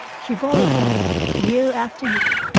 she bore it all, year after year.